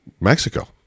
Mexico